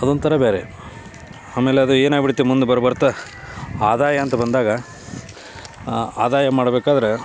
ಅದೊಂಥರ ಬೇರೆ ಆಮೇಲೆ ಅದು ಏನಾಗ್ಬಿಡುತ್ತೆ ಮುಂದೆ ಬರು ಬರ್ತಾ ಆದಾಯ ಅಂತ ಬಂದಾಗ ಆ ಆದಾಯ ಮಾಡ್ಬೇಕಾದ್ರೆ